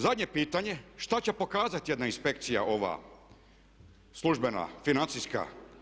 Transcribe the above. Zadnje pitanje šta će pokazati jedna inspekcija službena, financijska.